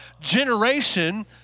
generation